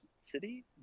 city